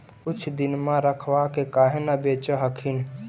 कुछ दिनमा रखबा के काहे न बेच हखिन?